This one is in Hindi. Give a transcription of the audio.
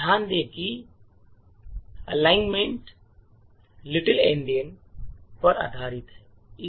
ध्यान दें कि एलाइनमेंट लिटिल एंडियन पर आधारित है